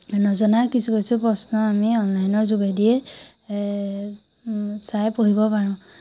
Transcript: নজনা কিছু কিছু প্ৰশ্ন আমি অনলাইনৰ যোগেদিয়ে এ ও চাই পঢ়িব পাৰোঁ